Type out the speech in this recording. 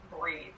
breathe